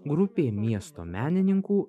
grupė miesto menininkų